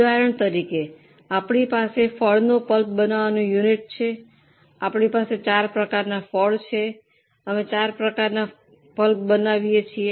ઉદાહરણ તરીકે આપણી પાસે ફળનો પલ્પ બનાવવાનું યુનિટ છે અમારી પાસે ચાર પ્રકારના ફળ છે અને અમે ચાર પ્રકારના પલ્પ બનાવીએ છીએ